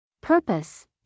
Purpose